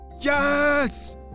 yes